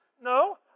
No